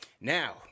Now